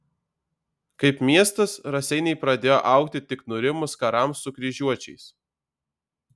kaip miestas raseiniai pradėjo augti tik nurimus karams su kryžiuočiais